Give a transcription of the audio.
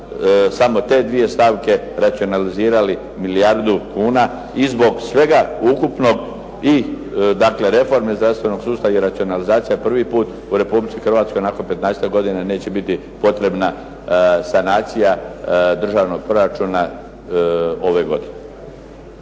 samo te dvije stavke racionalizirali milijardu kuna. I zbog svega ukupnog, i dakle reforme zdravstvenog sustava, i racionalizacija prvi put u Republici Hrvatskoj nakon 15-ak godina neće biti potrebna sanacija državnog proračuna ove godine.